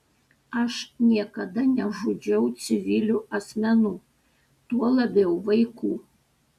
aš niekada nežudžiau civilių asmenų tuo labiau vaikų